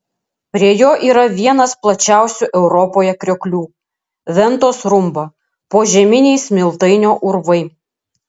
prie jo yra vienas plačiausių europoje krioklių ventos rumba požeminiai smiltainio urvai